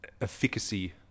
efficacy